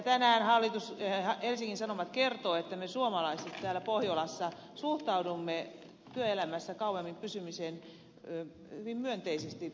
tänään helsingin sanomat kertoo että me suomalaiset täällä pohjolassa suhtaudumme työelämässä kauemmin pysymiseen hyvin myönteisesti